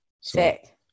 Sick